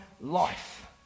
life